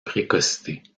précocité